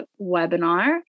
webinar